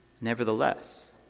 Nevertheless